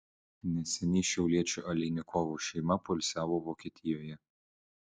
neseniai šiauliečių aleinikovų šeima poilsiavo vokietijoje